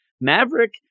Maverick